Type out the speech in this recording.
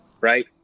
Right